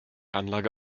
anlage